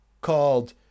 Called